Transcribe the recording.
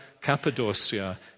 Cappadocia